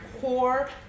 core